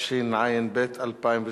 התשע"ב 2012,